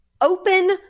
open